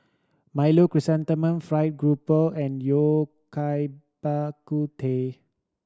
milo Chrysanthemum Fried Garoupa and yao kai Bak Kut Teh